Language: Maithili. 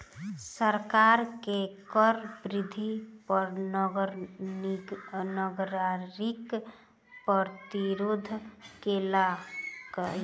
सरकार के कर वृद्धि पर नागरिक प्रतिरोध केलक